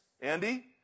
Andy